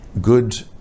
good